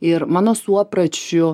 ir mano suopračiu